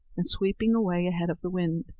and sweeping away ahead of the wind.